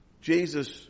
Jesus